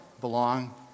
belong